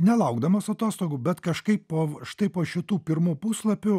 nelaukdamas atostogų bet kažkaip po štai po šitų pirmų puslapių